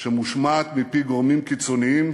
שמושמעת מפי גורמים קיצוניים,